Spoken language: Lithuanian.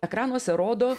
ekranuose rodo